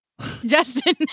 Justin